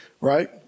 right